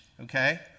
Okay